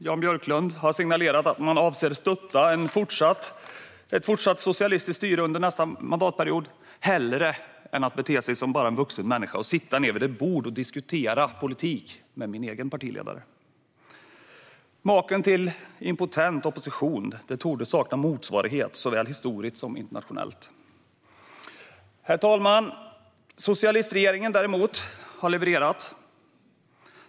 Jan Björklund har signalerat att man avser att stötta ett fortsatt socialistiskt styre under nästa mandatperiod hellre än att bete sig som en vuxen människa och sitta ned vid ett bord och diskutera politik med min egen partiledare. En sådan impotent opposition torde sakna motsvarighet såväl historiskt som internationellt. Herr talman! Socialistregeringen däremot har levererat.